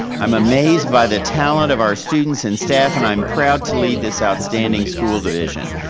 i'm amazed by the talent of our students and staff and i'm proud to lead this outstanding school division.